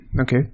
Okay